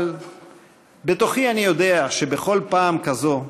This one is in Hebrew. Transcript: אבל בתוכי אני יודע שבכל פעם כזאת,